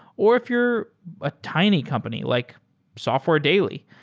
or if you're a tiny company like software daily.